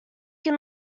can